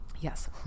Yes